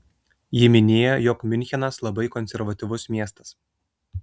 ji minėjo jog miunchenas labai konservatyvus miestas